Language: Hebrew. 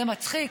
זה מצחיק?